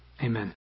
Amen